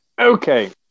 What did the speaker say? Okay